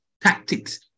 tactics